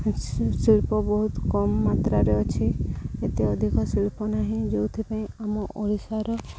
ଶିଳ୍ପ ବହୁତ କମ ମାତ୍ରାରେ ଅଛି ଏତେ ଅଧିକ ଶିଳ୍ପ ନାହିଁ ଯେଉଁଥିପାଇଁ ଆମ ଓଡ଼ିଶାର